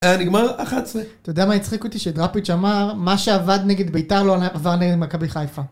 נגמר 11. אתה יודע מה הצחיק אותי? שדראפיץ' אמר מה שעבד נגד ביתר לא עבד נגד מכבי חיפה